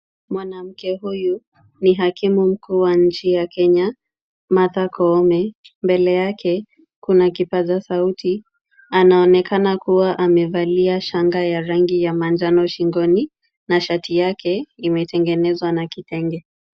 Mwanamke huyu ni hakimu mkuu wa nchi ya Kenya Martha Koome. Mbele yake kuna kipaza sauti. Anaonekana kuwa amevalia shanga ya rangi ya manjano shingoni na shati yake imetengenezwa na kitenge.